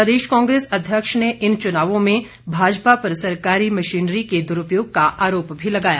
प्रदेश कांग्रेस अध्यक्ष ने इन चुनावों में भाजपा पर सरकारी मशनीरी के दुरूपयोग का आरोप भी लगाया